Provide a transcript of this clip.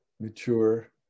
mature